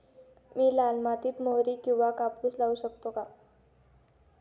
मी लाल मातीत मोहरी किंवा कापूस लावू शकतो का?